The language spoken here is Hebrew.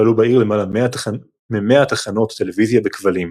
פעלו בעיר למעלה מ-100 תחנות טלוויזיה בכבלים.